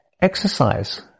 exercise